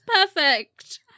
perfect